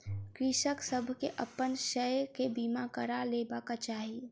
कृषक सभ के अपन शस्य के बीमा करा लेबाक चाही